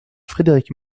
frédérique